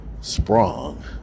sprung